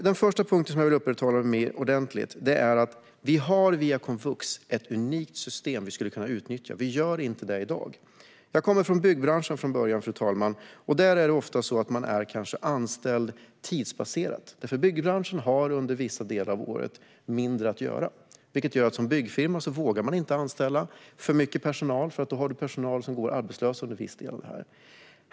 Den första punkten, som jag vill uppehålla mig vid ordentligt, är att vi via komvux har ett unikt system som vi skulle kunna utnyttja. Vi gör inte det i dag. Fru talman! Jag kommer från början från byggbranschen, och där är man ofta tidsbaserat anställd. Byggbranschen har nämligen under vissa delar av året mindre att göra. Byggfirmor vågar därför inte anställa för mycket personal, eftersom de då har personal som går arbetslös under en viss del av året.